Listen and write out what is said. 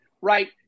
Right